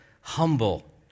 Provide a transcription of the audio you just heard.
humble